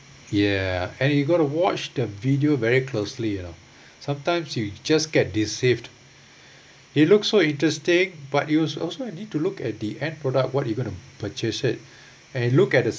ya and you got to watch the video very closely you know sometimes you just get deceived it looks so interesting but you also need to look at the end product what are you going to purchase it and look at the